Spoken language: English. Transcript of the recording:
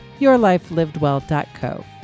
yourlifelivedwell.co